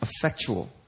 effectual